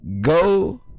Go